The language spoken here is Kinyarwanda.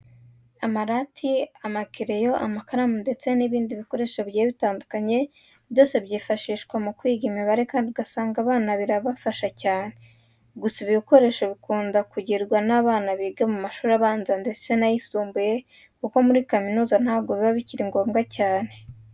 Amarati, amakereyo, amakaramu ndetse n'ibindi bikoresho bigiye bitandukanye byose byifashishwa mu kwiga imibare kandi ugasanga abana birabafasha cyane. Gusa ibi bikoresho bikunda kugirwa n'abana biga mu mashuri abanza ndetse n'ayisumbuye kuko muri kaminuza ntabwo biba bikiri ngombwa cyane.